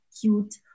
cute